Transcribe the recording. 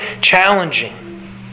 challenging